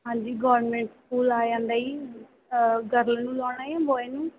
ਹਾਂਜੀ government school ਆ ਜਾਂਦਾ ਜੀ ਗਰਲ ਨੂੰ ਲਾਉਣਾ ਜਾਂ ਬੋਆਏ ਨੂੰ